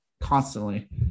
constantly